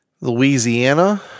Louisiana